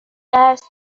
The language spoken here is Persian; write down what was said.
است